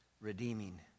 redeeming